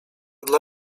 dla